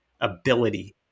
ability